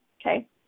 okay